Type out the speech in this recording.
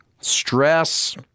stress